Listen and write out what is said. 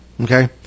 okay